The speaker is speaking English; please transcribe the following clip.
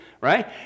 right